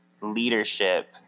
leadership